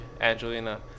Angelina